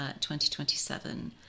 2027